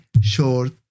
short